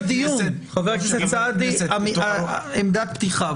ש --- חבר הכנסת סעדי, אנחנו בעמדות פתיחה.